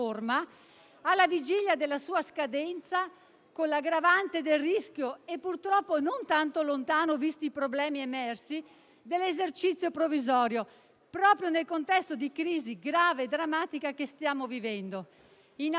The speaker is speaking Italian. alla vigilia della sua scadenza, con l'aggravante del rischio (purtroppo non tanto lontano visti i problemi emersi) dell'esercizio provvisorio, proprio nel contesto della grave e drammatica crisi che stiamo vivendo. È inaudito: